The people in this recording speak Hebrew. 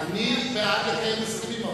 אני בעד לקיים הסכמים,